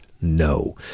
no